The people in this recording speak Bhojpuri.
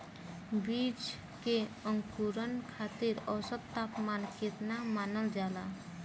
बीज के अंकुरण खातिर औसत तापमान केतना मानल जाला?